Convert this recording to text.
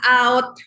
out